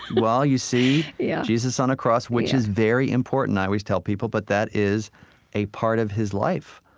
well, you see yeah jesus on a cross, which is very important, i always tell people, but that is a part of his life.